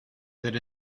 that